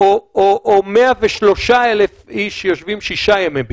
או 103,00 איש שיושבים שישה ימי בידוד.